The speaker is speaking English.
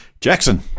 Jackson